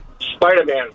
Spider-Man